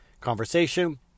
conversation